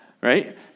right